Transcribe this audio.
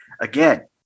again